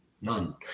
None